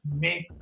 make